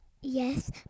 Yes